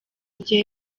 bye